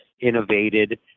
innovated